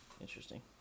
Interesting